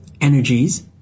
energies